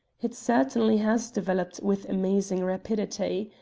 it certainly has developed with amazing rapidity.